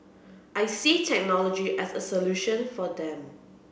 I see technology as a solution for them